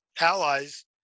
allies